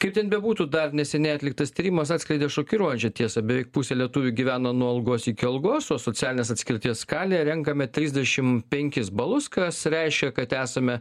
kaip ten bebūtų dar neseniai atliktas tyrimas atskleidė šokiruojančią tiesą beveik pusė lietuvių gyvena nuo algos iki algos o socialinės atskirties skalėj renkame trisdešimt penkis balus kas reiškia kad esame